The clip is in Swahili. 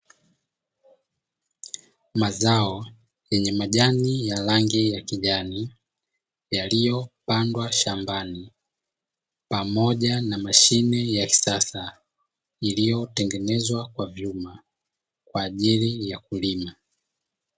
Mazao yenye majani ya rangi ya kijani yaliyopandwa shambani, pamoja na mashine ya kisasa iliyotengenezwa kwa vyuma kwa ajili ya kulima.